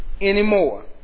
anymore